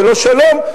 ולא שלום,